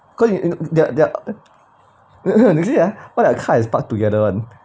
cause you know they're you see ah all of their car is park together [one]